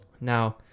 now